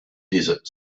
desert